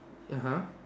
(uh huh)